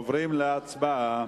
עוברים להצבעה.